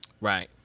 Right